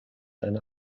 deine